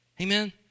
Amen